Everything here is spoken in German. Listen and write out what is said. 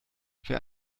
wer